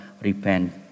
repent